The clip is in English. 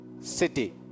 city